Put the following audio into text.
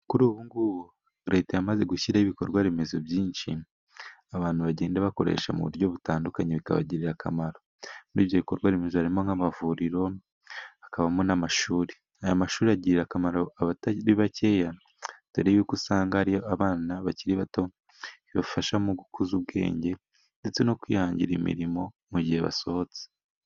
Kuri ubu ngubu leta yamaze gushyira ibikorwa remezo byinshi, abantu bagenda bakoresha mu buryo butandukanye bikabagirira akamaro, muri ibyo bikorwa remezo harimo nk'amavuriro, hakabamo n'amashuri, aya mashuri agirira akamaro abatari bakeya, dore y'uko usanga hariyo abana bakiri bato, bibafasha mu gukuza ubwenge ndetse no kwihangira imirimo, mu gihe basohotse.